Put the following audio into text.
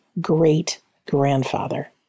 great-grandfather